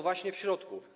Właśnie w środku.